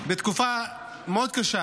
בתקופה מאוד קשה.